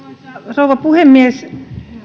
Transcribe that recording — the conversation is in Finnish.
rouva puhemies